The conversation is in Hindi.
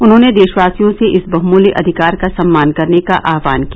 उन्होंने देशवासियों से इस बहुमूल्य अधिकार का सम्मान करने का आह्वान किया